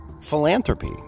philanthropy